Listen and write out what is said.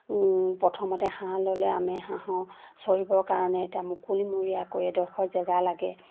প্ৰথমতে হাঁহ ল'লে আমি হাঁহৰ চৰিবৰ কাৰণে এতিয়া মুকলিমূৰীয়াকৈ এডোখৰ জেগা লাগে